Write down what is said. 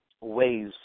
ways